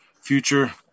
future